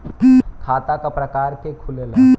खाता क प्रकार के खुलेला?